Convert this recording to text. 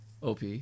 Op